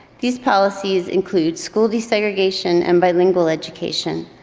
these policies include school desegregation and bilingual education,